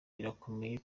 birakomeye